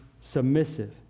submissive